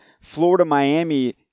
Florida-Miami